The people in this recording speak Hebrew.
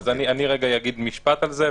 אני אתחיל ואגיד משפט על זה,